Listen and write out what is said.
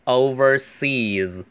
overseas